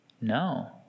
No